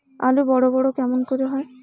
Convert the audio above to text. আলু বড় বড় কেমন করে হয়?